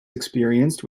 experienced